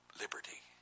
liberty